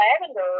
lavender